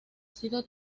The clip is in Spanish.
sido